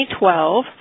2012